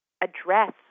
address